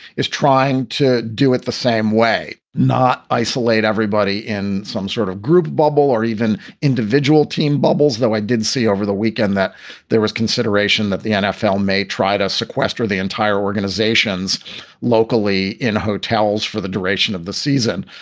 is trying to do it the same way, not isolate everybody in some sort of group bubble or even individual team bubbles. though i did see over the weekend that there was consideration that the nfl may try to sequester the entire organizations locally in hotels for the duration of the season.